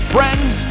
Friends